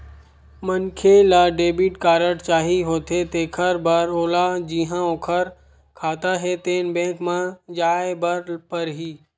मनखे ल debit card चाही होथे तेखर बर ओला जिहां ओखर खाता हे तेन बेंक म जाए बर परही